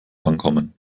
ankommen